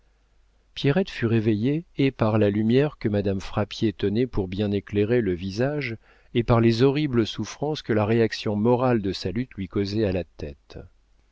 fut réveillée et par la lumière que madame frappier tenait pour bien éclairer le visage et par ses horribles souffrances que la réaction morale de sa lutte lui causait à la tête